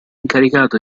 incaricato